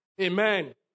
Amen